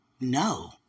No